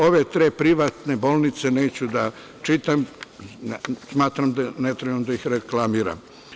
Ove tri privatne bolnice neću da čitam, smatram da ne treba da ih reklamiram.